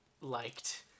liked